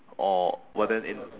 oh but then in